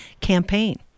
campaign